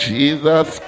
Jesus